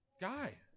guy